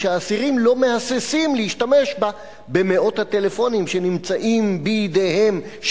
כשאסירים לא מהססים להשתמש במאות הטלפונים שנמצאים בידיהם,